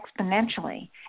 exponentially